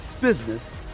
business